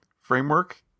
framework